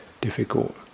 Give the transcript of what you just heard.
difficult